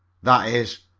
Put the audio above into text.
that is,